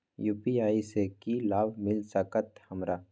UPI से की लाभ मिल सकत हमरा?